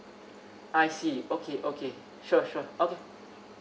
I see okay okay sure sure okay